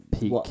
peak